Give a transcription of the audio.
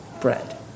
bread